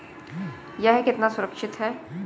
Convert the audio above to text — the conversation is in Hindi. यह कितना सुरक्षित है?